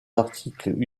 articles